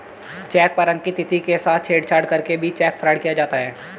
check पर अंकित तिथि के साथ छेड़छाड़ करके भी चेक फ्रॉड किया जाता है